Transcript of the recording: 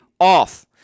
off